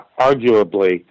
arguably